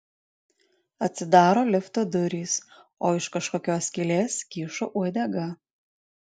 atsidaro lifto durys o iš kažkokios skylės kyšo uodega